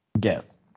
Yes